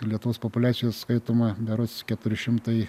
lietuvos populiacijos skaitoma berods keturi šimtai